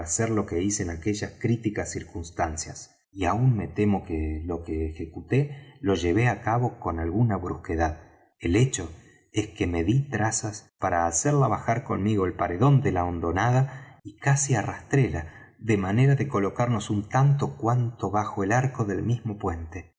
hacer lo que hice en aquellas críticas circunstancias y aun me temo que lo que ejecuté lo llevé á cabo con alguna brusquedad el hecho es que me dí trazas para hacerla bajar conmigo el paredón de la hondanada y casi arrastréla de manera de colocarnos un tanto cuanto bajo el arco del mismo puente